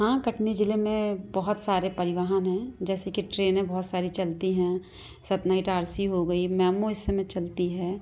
हाँ कटनी ज़िले में बहुत सारे परिवहन हैं जैसे कि ट्रेनें बहुत सारी चलती हैं सतना इटारसी हो गई मैमो इस समय चलती है